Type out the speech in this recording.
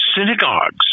synagogues